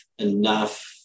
enough